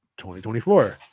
2024